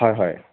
হয় হয়